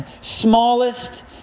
smallest